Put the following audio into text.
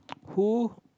who